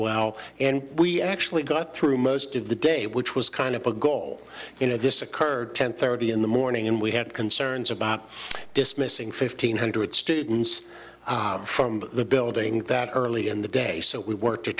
well and we actually got through most of the day which was kind of a goal you know this occurred ten thirty in the morning and we had concerns about dismissing fifteen hundred students from the building that early in the day so we w